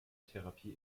therapie